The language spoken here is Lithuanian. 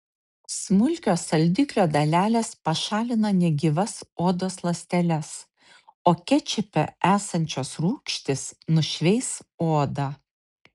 smulkios saldiklio dalelės pašalina negyvas odos ląsteles o kečupe esančios rūgštys nušveis odą